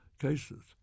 cases